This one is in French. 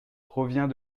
provient